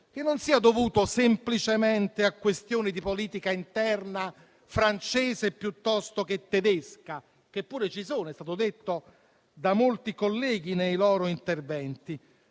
non sia dovuto semplicemente a questioni di politica interna francese o tedesca, che pure ci sono, com'è stato detto da molti colleghi nei loro interventi,